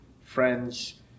friends